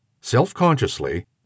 Self-consciously